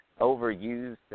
overused